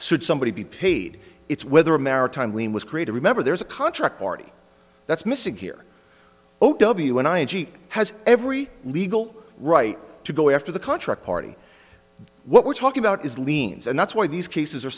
should somebody be paid it's whether a maritime lien was created remember there's a contract party that's missing here o w and i n g has every legal right to go after the contract party what we're talking about is liens and that's why these cases are